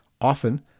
Often